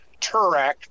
Turak